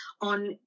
on